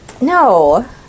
No